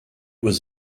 was